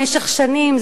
במשך שנים,